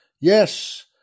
Yes